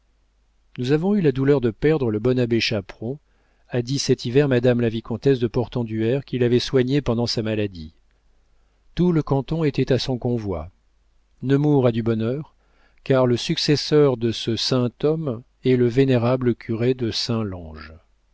nous avons eu la douleur de perdre le bon abbé chaperon a dit cet hiver madame la vicomtesse de portenduère qui l'avait soigné pendant sa maladie tout le canton était à son convoi nemours a du bonheur car le successeur de ce saint homme est le vénérable curé de